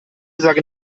sage